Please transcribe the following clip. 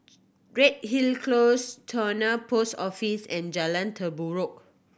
Redhill Close Towner Post Office and Jalan Terubok